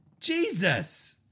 Jesus